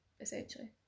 Essentially